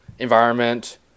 environment